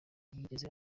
ntiyigeze